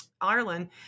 Ireland